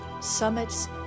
summits